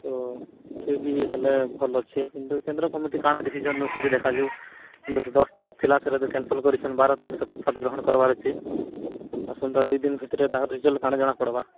ତ ସେବି ହେଲେ ଭଲ ଅଛି କିନ୍ତୁ କେନ୍ଦ୍ର କମିଟି କାଣା ଡ଼ିସିଶନ ନଉଛନ୍ତି ଦେଖାଯାଉ ସେଇଟା ତ ଦଶ ତାରିଖ ଥିଲା ସେଇଟା ତ କ୍ୟାନ୍ସେଲ୍ କରିଛନ୍ତ ବାର ତାରିଖ ଶପଥ ପାଠ ଗ୍ରହଣ କରବାର ଅଛି ଆସନ୍ତା ଦୁଇ ଦିନ ଭିତରେ ତାଙ୍କର ରେଜଲ୍ଟ କାଣା ଜଣା ପଡ଼୍ବା